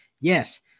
Yes